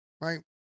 right